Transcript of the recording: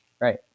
Right